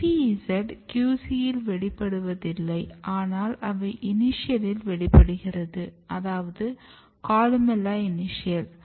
FEZ QC யில் வெளிப்படுவதில்லை ஆனால் அவை இனிஷியலில் வெளிப்படுகிறது அதாவது கொலுமெல்லா இனிஷியல்